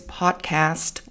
podcast